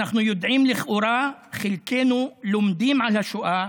אנו יודעים לכאורה, חלקנו לומדים על השואה,